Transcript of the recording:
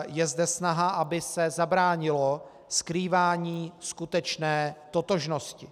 Je zde snaha, aby se zabránilo skrývání skutečné totožnosti.